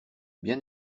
bien